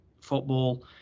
football